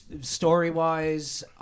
Story-wise